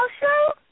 Show